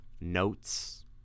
notes